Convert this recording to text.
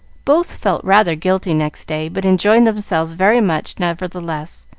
both felt rather guilty next day, but enjoyed themselves very much nevertheless,